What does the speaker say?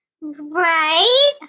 right